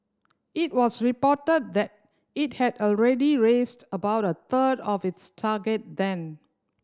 it was reported that it had already raised about a third of its target then